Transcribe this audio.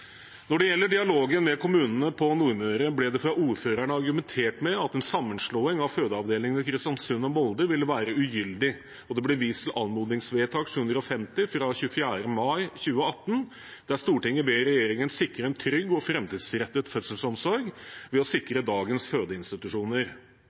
Når det gjelder dialogen med kommunene på Nordmøre, ble det fra ordførerne argumentert med at en sammenslåing av fødeavdelingene i Kristiansund og Molde ville være ugyldig, og det ble vist til anmodningsvedtak 750 fra 24. mai 2018, der «Stortinget ber regjeringen sikre en trygg og fremtidsrettet fødselsomsorg ved å